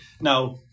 Now